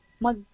mag